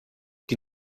die